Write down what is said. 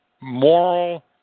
moral